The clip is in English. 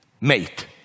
mate